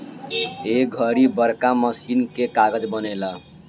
ए घड़ी बड़का मशीन से कागज़ बनेला